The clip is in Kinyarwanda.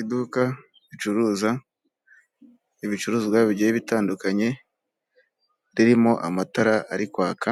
Iduka ricuruza ibicuruzwa bigiye bitandukanye, ririmo amatara ari kwaka,